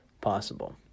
possible